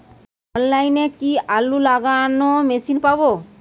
অনলাইনে কি আলু লাগানো মেশিন পাব?